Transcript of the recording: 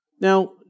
Now